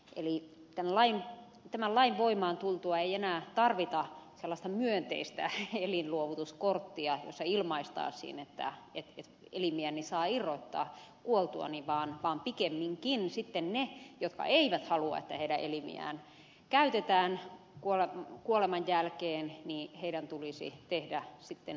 eli tämän lain voimaan tultua ei enää tarvita sellaista myönteistä elinluovutuskorttia jossa ilmaistaisiin että elimiäni saa irrottaa kuoltuani vaan pikemminkin sitten niiden jotka eivät halua että heidän elimiään käytetään kuoleman jälkeen tulisi tehdä sitten